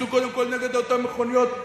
צאו קודם כול נגד אותן מכוניות,